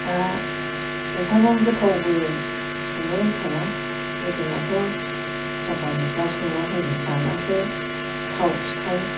दा एफाबां गोथावबो संनो रोंखाया गोदोनाथ' जाब्बा जुब्बा संलाबायो दानासो थाव खि थाव